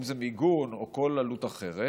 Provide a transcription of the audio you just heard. אם זה מיגון או כל עלות אחרת,